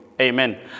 Amen